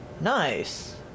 Nice